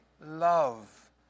love